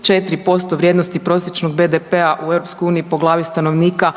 64% vrijednosti prosječnog BDP-a u EU po glavi stanovnika